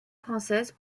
française